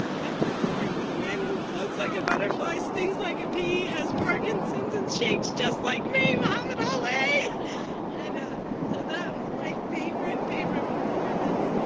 i'm performing for the man who floats like a butterfly, stings like a bee, has parkinson's, and shakes just like me, muhammad ali! and so that was my favorite, favorite performance.